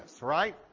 right